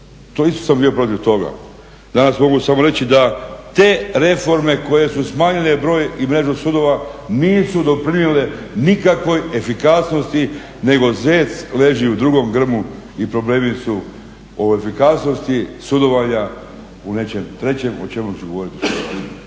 To isto sam bio protiv toga. Danas mogu samo reći da te reforme koje su smanjile broj i mrežu sudova nisu doprinijele nikakvoj efikasnosti nego zec leži u drugom grmu i problemi su o efikasnosti sudovanja u nečem trećem o čemu ću govoriti kasnije.